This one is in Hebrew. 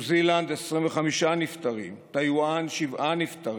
ניו זילנד, 25 נפטרים, טאיוואן, שבעה נפטרים.